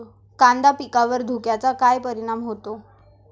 कांदा पिकावर धुक्याचा काय परिणाम होतो?